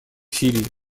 сирии